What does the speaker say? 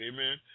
Amen